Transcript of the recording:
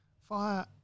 fire